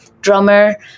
drummer